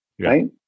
right